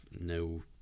no